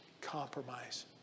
compromise